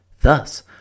Thus